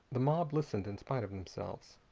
the mob listened in spite of themselves.